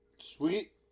Sweet